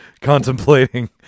contemplating